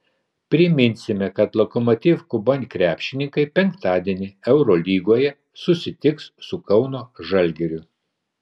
priminsime kad lokomotiv kuban krepšininkai penktadienį eurolygoje susitiks su kauno žalgiriu